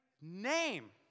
name